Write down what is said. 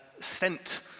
sent